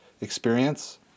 experience